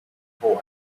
boy